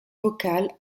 vocale